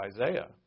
Isaiah